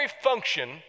function